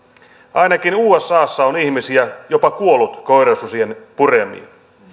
ainakin usassa on ihmisiä jopa kuollut koirasusien puremiin